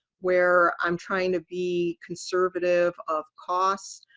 where i'm trying to be conservative of cost,